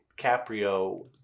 DiCaprio